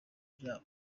byabo